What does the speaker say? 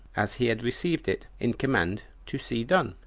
as he had received it in command to see done,